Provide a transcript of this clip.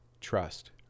trust